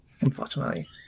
unfortunately